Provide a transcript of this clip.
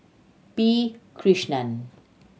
P Krishnan